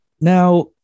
Now